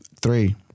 three